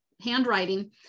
handwriting